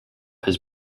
his